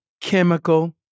chemical